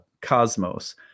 cosmos